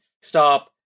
Stop